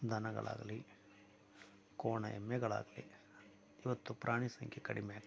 ದನಗಳಾಗಲಿ ಕೋಣ ಎಮ್ಮೆಗಳಾಗಲಿ ಇವತ್ತು ಪ್ರಾಣಿ ಸಂಖ್ಯೆ ಕಡಿಮೆ ಆಗ್ತಾಯಿದೆ